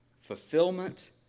fulfillment